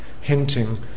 hinting